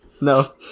No